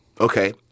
Okay